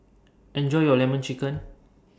Enjoy your Lemon Chicken